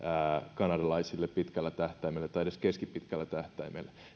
kanadalaisille pitkällä tähtäimellä tai edes keskipitkällä tähtäimellä